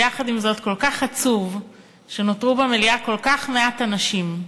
ויחד עם זאת כל כך עצוב שנותרו במליאה כל כך מעט אנשים.